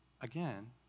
again